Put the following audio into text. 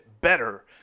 better